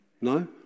No